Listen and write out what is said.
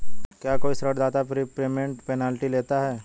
क्या कोई ऋणदाता प्रीपेमेंट पेनल्टी लेता है?